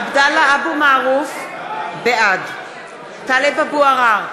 עבדאללה אבו מערוף, בעד טלב אבו עראר,